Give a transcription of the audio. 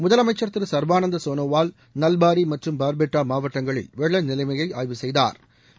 முதலமைச்சர் திரு சா்பானந்த சோனோவால் நல்பாரி மற்றம் பார்பெட்டா மாவட்டங்களில் வெள்ள நிலைமையை ஆய்வு செய்தாா்